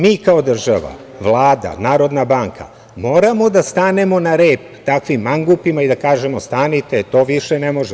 Mi kao država, Vlada, Narodna banka moramo da stanemo na rep takvim mangupima i da kažemo – stanite, to više ne može.